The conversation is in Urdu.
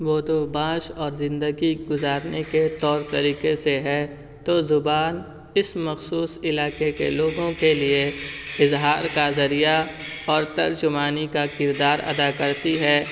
بودوباش اور زندگی گزارنے کے طور طریقے سے ہے تو زبان اس مخصوص علاقے کے لوگوں کے لیے اظہار کا ذریعہ اور ترجمانی کا کردار ادا کرتی ہے